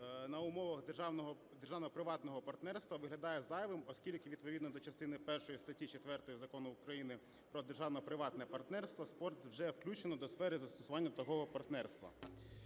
на умовах державно-приватного партнерства виглядає зайвим, оскільки відповідно до частини першої статті 4 Закону України "Про державно-приватне партнерство" спорт вже включено до сфер застосування такого партнерства.